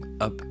up